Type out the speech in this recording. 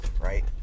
right